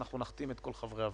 אנחנו נחתים את כל חברי הוועדה,